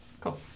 Cool